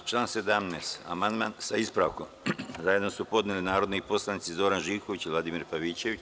Na član 17. amandman, sa ispravkom, zajedno su podneli narodni poslanici Zoran Živković i Vladimir Pavićević.